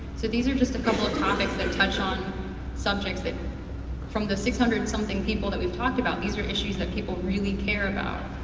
so these are just a couple examples of topics that touch on subjects that from the six hundred something people that we've talked about, these are issues that people really care about.